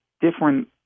different